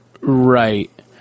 right